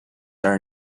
are